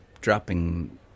dropping